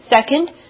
Second